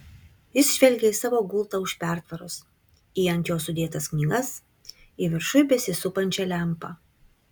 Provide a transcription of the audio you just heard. jis žvelgė į savo gultą už pertvaros į ant jo sudėtas knygas į viršuj besisupančią lempą